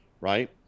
Right